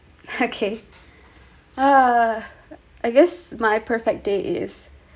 okay uh I guess my perfect day is